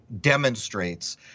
demonstrates